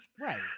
Right